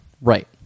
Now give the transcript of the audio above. Right